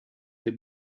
the